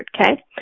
okay